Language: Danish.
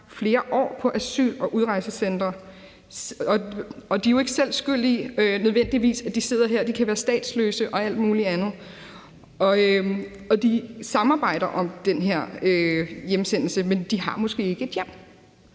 flere år på asyl- og udrejsecentre, og de er jo ikke nødvendigvis selv skyld i, at de sidder her; de kan være statsløse og alt muligt andet. De samarbejder om den her hjemsendelse, men de har måske ikke et hjem.